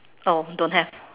oh don't have